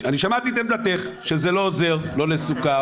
שמעתי את עמדתך שזה לא עוזר לא לסוכרת